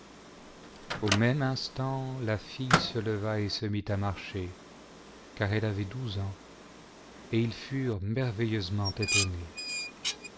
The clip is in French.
au même instant la fille se leva et se mit à marcher car elle avait douze ans et ils furent merveilleusement étonnés